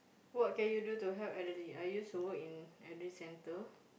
what can you do to help elderly I used to work in elderly centre